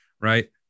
right